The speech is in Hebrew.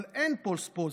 אבל אין false positive,